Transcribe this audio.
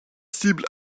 cible